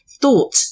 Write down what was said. thought